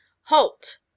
Halt